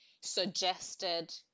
suggested